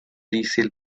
resale